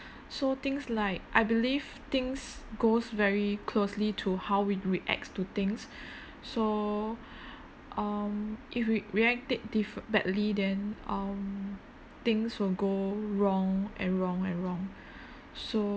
so things like I believe things goes very closely to how we reacts to things so um if we reacted diff~ badly then um things will go wrong and wrong and wrong so